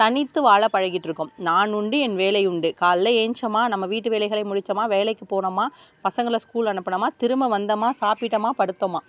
தனித்துவ ஆளாக பழகிட்டுருக்கோம் நான் உண்டு என் வேலை உண்டு காலைல ஏந்ச்சோமா நம்ம வீட்டு வேலைகளை முடித்தோமா வேலைக்குப் போனோமா பசங்களை ஸ்கூலுக்கு அனுப்புனோமா திரும்ப வந்தோமா சாப்பிட்டோமா படுத்தோமா